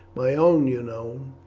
my own, you know,